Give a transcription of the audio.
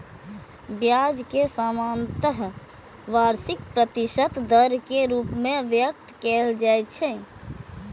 ब्याज कें सामान्यतः वार्षिक प्रतिशत दर के रूप मे व्यक्त कैल जाइ छै